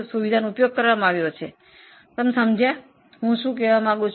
શું તમે સમજી શક્યા છો